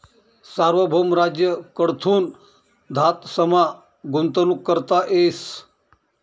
सार्वभौम राज्य कडथून धातसमा गुंतवणूक करता येस